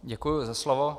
Děkuji za slovo.